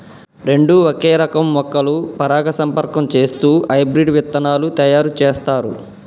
రెండు ఒకే రకం మొక్కలు పరాగసంపర్కం చేస్తూ హైబ్రిడ్ విత్తనాలు తయారు చేస్తారు